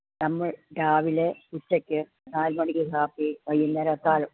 നമ്മൾ രാവിലെ ഉച്ചയ്ക്ക് നാലു മണിക്ക് കാപ്പി വൈകുന്നേരം അത്താഴം